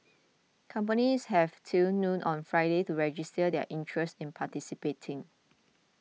companies have till noon on Friday to register their interest in participating